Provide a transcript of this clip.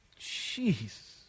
Jeez